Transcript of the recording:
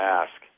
ask